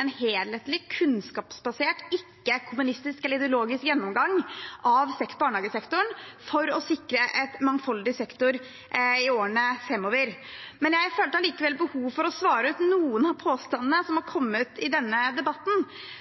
en helhetlig, kunnskapsbasert, ikke kommunistisk eller ideologisk gjennomgang av barnehagesektoren for å sikre en mangfoldig sektor i årene framover. Jeg følte allikevel behov for å svare ut noen av påstandene som har kommet i denne debatten.